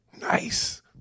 Nice